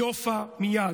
יופיע מייד!